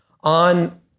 on